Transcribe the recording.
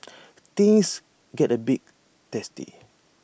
things get A bit testy